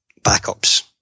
backups